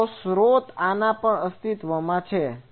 જેઓ સ્રોત આના પર અસ્તિત્વમાં છે